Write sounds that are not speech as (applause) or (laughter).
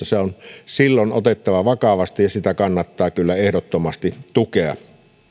(unintelligible) se on silloin otettava vakavasti ja sitä kannattaa kyllä ehdottomasti tukea